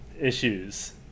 issues